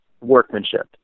workmanship